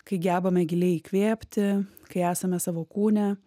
kai gebame giliai įkvėpti kai esame savo kūne